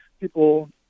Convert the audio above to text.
people